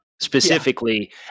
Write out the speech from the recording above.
specifically